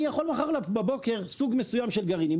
אני יכול מחר בבוקר לפרוק סוג מסוים של גרעינים.